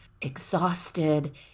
exhausted